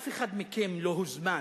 אף אחד מכם לא הוזמן.